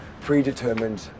predetermined